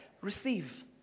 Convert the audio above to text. receive